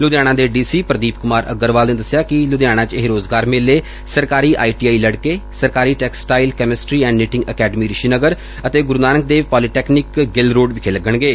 ਲੁਧਿਆਣਾ ਦੇ D C Pradeep Kumar Aggarwal ਨੇ ਦਸਿਆ ਕਿ ਲੁਧਿਆਣਾ ਇਹ ਰੋਜ਼ਗਾਰ ਮੇਲੇ ਸਰਕਾਰੀ ਆਈ ਟੀ ਆਈ ਲੜਕੇ ਸਰਕਾਰੀ textile chemistry and knitting academy Rishi Nagar Guru Nanak Dev polytechnic Gill road ਵਿਖੇ ਲੱਗਣਗੇ